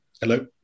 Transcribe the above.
Hello